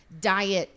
diet